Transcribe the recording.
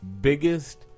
biggest